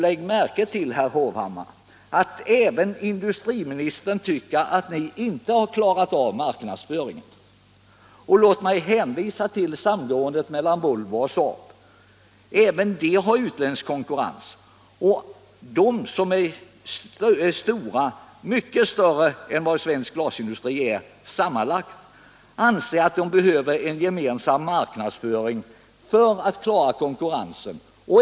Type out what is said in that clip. Lägg märke till, herr Hovhammar, att industriministern inte heller tycker att ni har klarat av marknadsföringen. Och låt mig hänvisa till samgåendet mellan Volvo och SAAB. Även dessa företag har utländsk konkurrens. Och de som är stora, mycket större än vad svensk glasindustri är sammanlagt, anser att de behöver ha en gemensam marknadsföring för att klara konkurrensen.